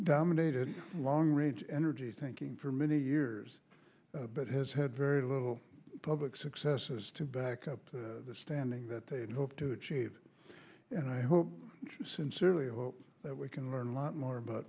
dominated long range energy thinking for many years but has had very little public successes to back up the standing that they had hoped to achieve and i hope sincerely hope that we can learn a lot more about